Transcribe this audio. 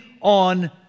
on